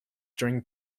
during